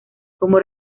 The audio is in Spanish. como